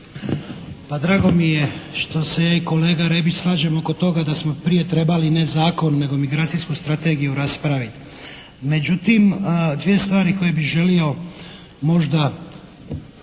Pa drago mi je što se ja i kolega Rebić slažemo oko toga da smo prije toga trebali ne zakon nego migracijsku strategiju raspraviti. Međutim dvije stvari koje bi želio možda